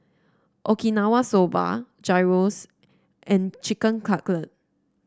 Okinawa Soba Gyros and Chicken